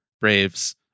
Braves